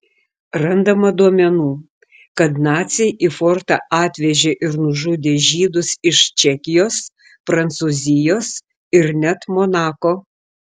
randama duomenų kad naciai į fortą atvežė ir nužudė žydus iš čekijos prancūzijos ir net monako